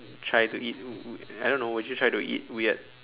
try to eat I don't know would you try to eat weird